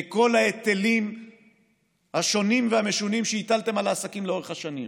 בכל ההיטלים השונים והמשונים שהטלתם על העסקים לאורך השנים.